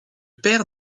père